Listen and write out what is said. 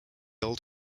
old